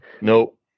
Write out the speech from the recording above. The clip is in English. nope